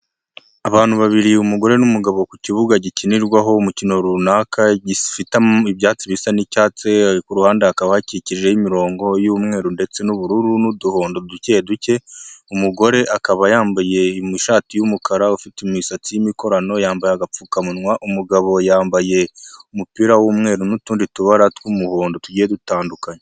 Abantu babiri umugore n'umugabo ku kibuga gikinirwaho umukino runaka gifite ibyatsi bisa n'icyatsi, ku ruhande hakaba hakikije imirongo y'umweru ndetse n'ubururu n'uduhondo duke duke, umugore akaba yambaye ishati y'umukara ufite imisatsi yi'mikorano ambaye agapfuka munwa, umugabo yambaye umupira w'umweru n'utundi tubara tw'umuhondo tugiye dutandukanye.